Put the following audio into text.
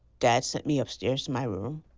dad sent me upstairs to my room.